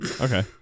Okay